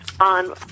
on